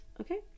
okay